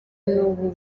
n’ubu